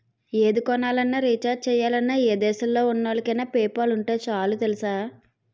ఏది కొనాలన్నా, రీచార్జి చెయ్యాలన్నా, ఏ దేశంలో ఉన్నోళ్ళకైన పేపాల్ ఉంటే చాలు తెలుసా?